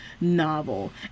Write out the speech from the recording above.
novel